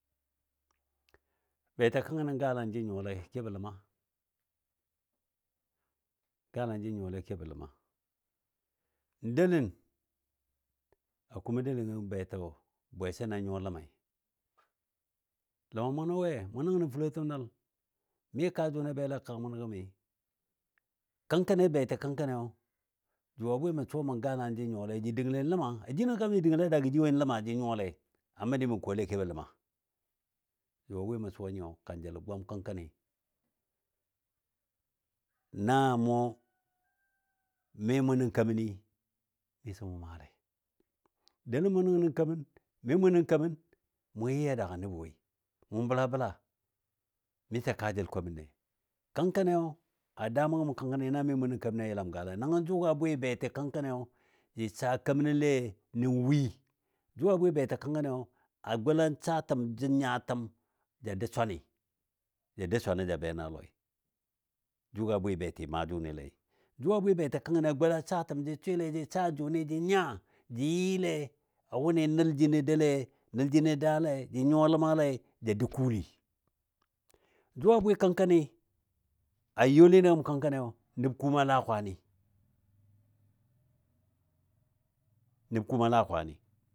beti kəngkəni galan jə nyuwa lɛi a kebɔ ləma, galan jə nyuwa lɛi kebɔ ləma. N delən a kumɔ deləni betɔ bwɛsən a nyuwa ləmai, ləma munɔ we, mɔ nəngə nən fulotəm nəl mi kaa jʊni bele a kəga munɔ gəmɨ, kəngkəni beti kəngkəniyo. Jʊ a bwɨ mə suwa mə galan jə nyuwale jə dəngle ləma, a jino kam jə dəngle ləma daagɔ ji wo ləma jə nyuwalei. A məndi mə kole kebɔ ləma, jʊ a bwɨ mə suwa nyɨyo kanjəlo gwam kəngkəni. Na mʊ mi munɔ keməni miso mʊ maale, delən mʊ nəngnɔ kemən mi mʊ nən kemən, mʊ yɨ yɨ a daagɔ nəbə woi, mu bəla bəla miso kaajəl komənle. Kəngkəniyo a daamɔ gəm kəngkəni na mi mʊno keməni a yəlam galan, nəngɔ jʊ ga bwɨ bweti kəngkəni jə saa kemənɔle nən wii. Jʊ a bwɨ beti kəngkəni a gola saatəm jə nyatəm ja dou swani, ja dau swanɔ ja be nən a lɔi. Jʊ ga bwɨ beti maa jʊni le, jʊ a bwɨ beti kəngkəni a gola saatəm jə swɨle jə saa jʊni jə nya, jə yɨle a wʊni nəl jino daule, nəl jino daale jə nyuwa ləmale ja dau kuuli. Jʊ a bwɨ kəngkəni a youli ni gəm kəngkəniyo, nəb kuuma laa kwaani, nəb kuuma laa kwaani